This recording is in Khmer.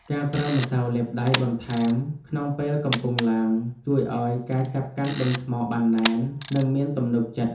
ការប្រើម្សៅលាបដៃបន្ថែមក្នុងពេលកំពុងឡើង ជួយឱ្យការចាប់កាន់ដុំថ្មបានណែន និងមានទំនុកចិត្ត។